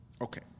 Okay